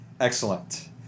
excellent